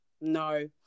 No